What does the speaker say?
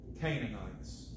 Canaanites